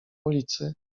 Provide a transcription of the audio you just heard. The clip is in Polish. ulicy